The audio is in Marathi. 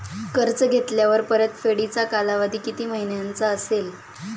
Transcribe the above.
कर्ज घेतल्यावर परतफेडीचा कालावधी किती महिन्यांचा असेल?